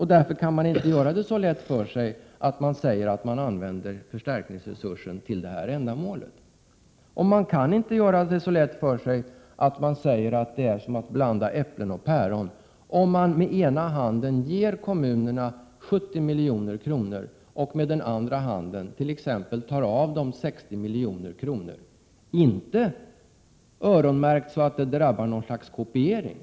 Därför kan man inte göra det så lätt för sig att man säger att man skall använda förstärkningsresursen till detta ändamål. Man kan inte heller göra det så lätt för sig och säga att det är att blanda äpplen och päron, om man med ena handen ger kommunerna 70 miljoner och med den andra tar t.ex. 60 miljoner av dem. Det handlar inte om öronmärkta pengar, så att det skulle 95 drabba t.ex. kopiering.